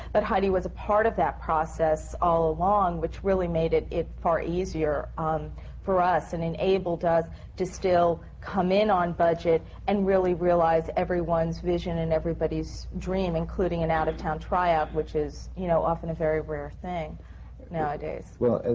but heidi was a part of that process all along, which really made it it far easier um for us and enabled us to still come in on budget and really realize everyone's vision and everybody's dream, including an out-of-town tryout, which is, you know, often a very rare thing nowadays. well,